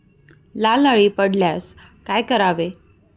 लाल अळी पडल्यास काय करावे?